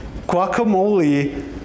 Guacamole